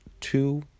Two